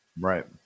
right